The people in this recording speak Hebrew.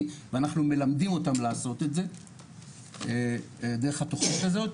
ואנחנו מלמדים אותם לעשות את זה דרך התכנית הזאת.